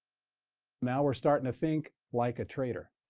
now we're starting to think like a trader.